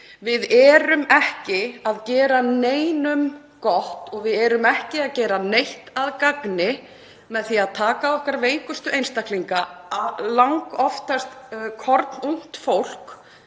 Við erum ekki að gera neinum gott og gerum ekki neitt að gagni með því að taka okkar veikustu einstaklinga, langoftast kornungt fólk